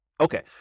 Okay